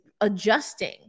adjusting